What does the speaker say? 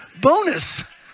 bonus